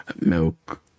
milk